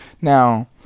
Now